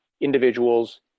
individuals